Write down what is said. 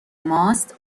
ماست